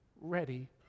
ready